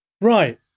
Right